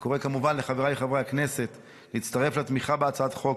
אני קורא כמובן לחבריי חברי הכנסת להצטרף לתמיכה בהצעת חוק,